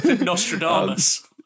Nostradamus